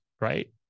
right